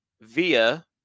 via